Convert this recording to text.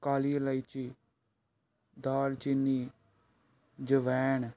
ਕਾਲੀ ਇਲਾਇਚੀ ਦਾਲਚੀਨੀ ਅਜਵਾਇਣ